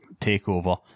takeover